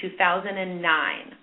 2009